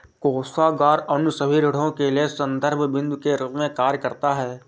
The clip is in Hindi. कोषागार अन्य सभी ऋणों के लिए संदर्भ बिन्दु के रूप में कार्य करता है